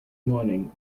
moaning